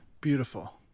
Beautiful